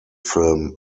film